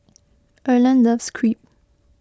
Erland loves Crepe